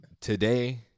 today